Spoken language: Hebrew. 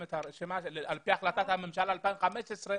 את הרשימה על פי החלטת הממשלה מ-2015,